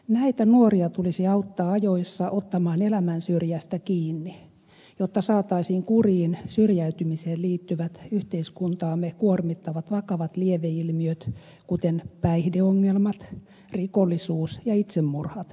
näitä nuoria tulisi auttaa ajoissa ottamaan elämän syrjästä kiinni jotta saataisiin kuriin syrjäytymiseen liittyvät yhteiskuntaamme kuormittavat vakavat lieveilmiöt kuten päihdeongelmat rikollisuus ja itsemurhat